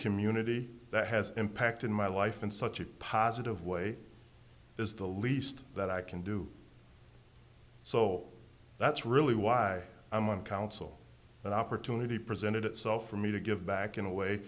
community that has impacted my life in such a positive way is the least that i can do so that's really why i'm on council an opportunity presented itself for me to give back in a way